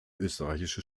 österreichische